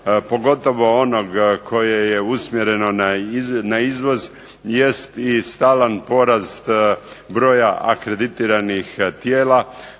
pogotovo onog koje je usmjereno na izvoz, jest i stalan porast broja akreditiranih tijela,